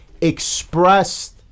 expressed